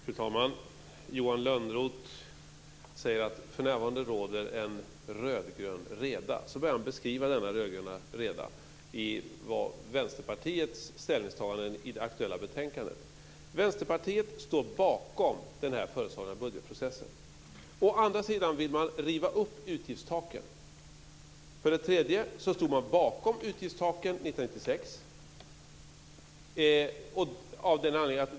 Fru talman! Johan Lönnroth säger att det för närvarande råder en rödgrön reda. Sedan börjar han beskriva denna rödgröna reda i Vänsterpartiets ställningstaganden i det aktuella betänkandet. Vänsterpartiet står bakom den föreslagna budgetprocessen, men å andra sidan vill man riva upp utgiftstaken. Man stod bakom utgiftstaken år 1996.